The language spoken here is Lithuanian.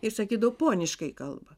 ir sakydavo poniškai kalba